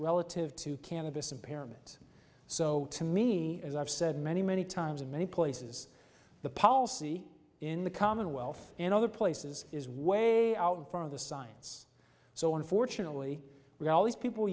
relative to cannabis impairment so to me as i've said many many times in many places the policy in the commonwealth and other places is way out in front of the science so unfortunately we always people